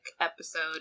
episode